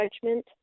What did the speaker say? judgment